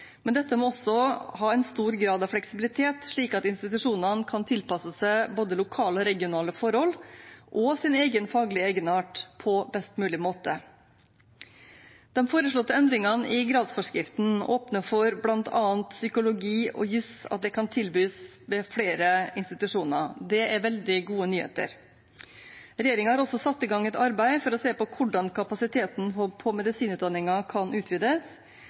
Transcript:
Men dette må også ha en stor grad av fleksibilitet, slik at institusjonene kan tilpasse seg både lokale og regionale forhold og sin egen faglige egenart på best mulig måte. De foreslåtte endringene i gradsforskriften åpner for at bl.a. psykologi og juss kan tilbys ved flere institusjoner. Det er veldig gode nyheter. Regjeringen har også satt i gang et arbeid for å se på hvordan kapasiteten på medisinutdanningen kan utvides.